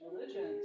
religions